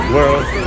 World